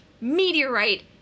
meteorite